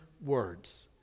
words